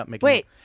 Wait